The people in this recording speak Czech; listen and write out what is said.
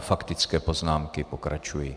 Faktické poznámky pokračují.